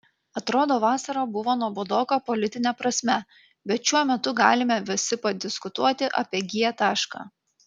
atrodo vasara buvo nuobodoka politine prasme bet šiuo metu galime visi padiskutuoti apie g tašką